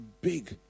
big